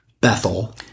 Bethel